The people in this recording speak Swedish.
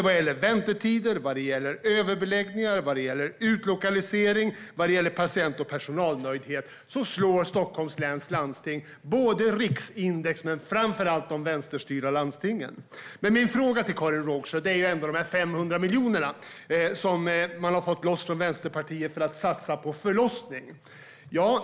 Vad gäller väntetider, överbeläggningar, utlokalisering och patient och personalnöjdhet slår Stockholms läns landsting både riksindex och framför allt de vänsterstyrda landstingen. Men min fråga till Karin Rågsjö gäller de 500 miljonerna, som Vänsterpartiet har fått loss för att satsa på förlossning.